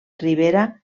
ribera